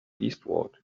eastward